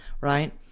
right